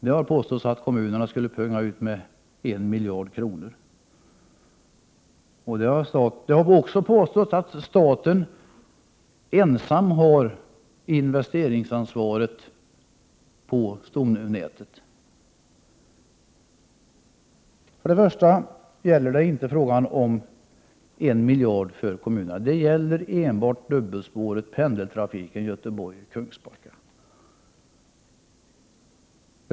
Det har påståtts att kommunerna skulle få punga ut med 1 miljard kronor. Det har också påståtts att staten ensam har investeringsansvaret för stomnätet. Det är emellertid inte fråga om en miljard kronor för kommunerna, utan det gäller enbart spåret för pendeltrafiken Göteborg-Kungsbacka.